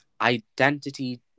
identity